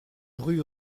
rue